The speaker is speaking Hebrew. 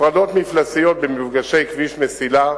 הפרדות מפלסיות במפגשי כביש מסילה.